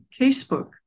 Casebook